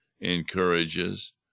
encourages